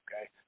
okay